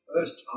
first